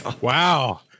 Wow